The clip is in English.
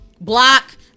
block